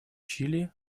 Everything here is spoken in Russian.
чили